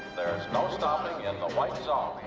there is no stopping in the white zone.